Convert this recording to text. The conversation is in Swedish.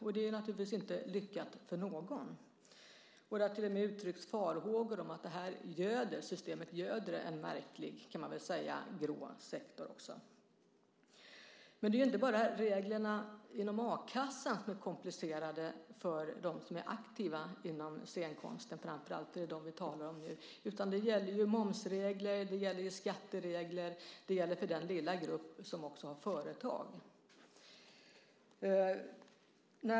Det är naturligtvis inte lyckat för någon. Det har till och med uttryckts farhågor om att systemet göder en märklig grå sektor. Men det är inte bara reglerna inom a-kassan som är komplicerade för dem som är aktiva inom scenkonsten - det är framför allt dem vi talar om nu - utan det gäller momsregler, skatteregler och regler för den lilla grupp som också har företag.